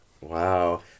Wow